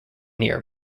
near